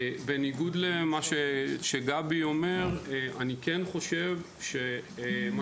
בניגוד למה שגבי אומר אני כן חושב שמה